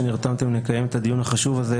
שנרתמתם לקיים את הדיון החשוב הזה,